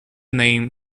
name